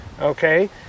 okay